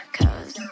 cause